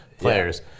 players